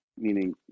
meaning